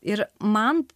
ir man